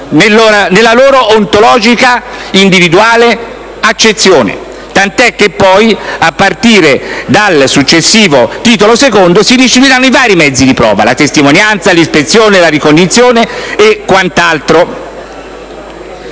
nella loro ontologica, individuale accezione; tant'è che a partire dal successivo titolo II si disciplinano i vari mezzi di prova: la testimonianza, l'ispezione, la ricognizione e quant'altro.